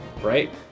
Right